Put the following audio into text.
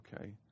Okay